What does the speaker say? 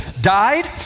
died